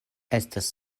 estas